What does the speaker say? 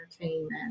entertainment